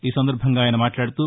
ఈ సందర్భంగాఆయన మాట్లాదుతూ